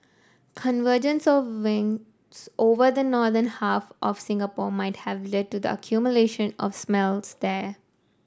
convergence of winds over the northern half of Singapore might have led to the accumulation of smells there